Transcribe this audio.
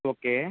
okay